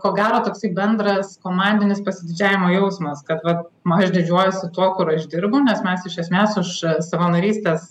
ko gero toksai bendras komandinis pasididžiavimo jausmas kad vat aš didžiuojuosi tuo kur aš dirbu nes mes iš esmės už savanorystės